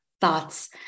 thoughts